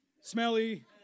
smelly